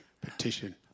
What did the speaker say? petition